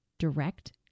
direct